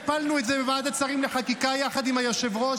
הפלנו את זה בוועדת שרים לחקיקה יחד עם היושב-ראש,